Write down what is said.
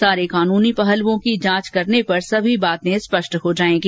सारे कानूनी पहलुओं की जांच करने पर सभी बातें स्पष्ट हो जायेंगी